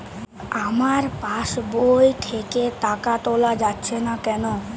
আমার পাসবই থেকে টাকা তোলা যাচ্ছে না কেনো?